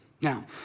Now